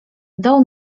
dał